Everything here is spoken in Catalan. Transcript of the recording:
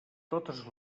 totes